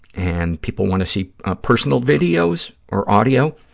and people want to see personal videos or audio,